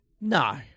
No